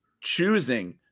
choosing